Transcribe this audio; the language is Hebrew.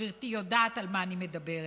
וגברתי יודעת על מה אני מדברת.